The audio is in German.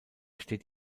steht